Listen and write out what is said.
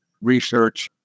research